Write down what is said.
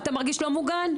אתה מרגיש לא מוגן?